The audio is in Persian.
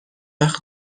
وقت